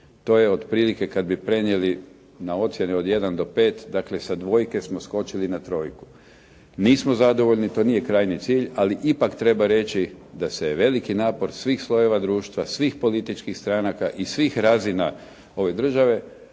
To je otprilike kad bi prenijeli na ocjeni od 1 do 5, dakle sa 2 smo skočili na 3. Nismo zadovoljni, to nije krajnji cilj, ali ipak treba reći da se je veliki napor svih slojeva društva, svih političkih stranaka i svih razina ove države,